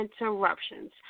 interruptions